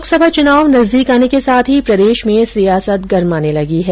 लोकसभा चुनाव नजदीक आने के साथ ही प्रदेश में सियासत गरमाने लगी है